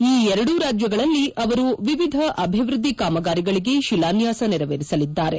ಈ ಎರಡೂ ರಾಜ್ಯಗಳಲ್ಲಿ ಅವರು ವಿವಿಧ ಅಭಿವೃದ್ದಿ ಕಾಮಗಾರಿಗಳಿಗೆ ಶಿಲಾನ್ಯಾಸ ನೆರವೇರಿಸಲಿದ್ದಾರೆ